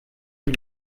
die